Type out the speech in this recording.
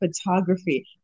photography